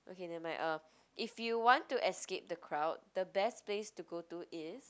okay never mind um if you want to escape the crowd the best place to go to is